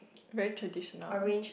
very traditional ah